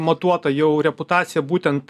matuota jau reputacija būtent